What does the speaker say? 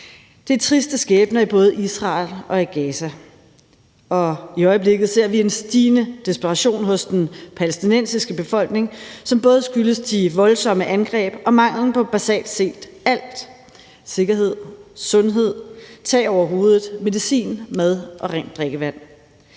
Det er triste skæbner både i Israel og i Gaza, og i øjeblikket ser vi en stigende desperation hos den palæstinensiske befolkning, som både skyldes de voldsomme angreb og manglen på basalt set alt: sikkerhed, sundhed, tag over hovedet, medicin, mad og rent drikkevand.